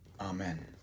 amen